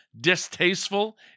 distasteful